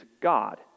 God